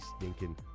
stinking